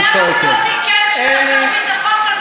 למה הוא לא תיקן כשהוא היה שר הביטחון,